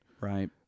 Right